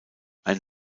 ein